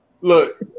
look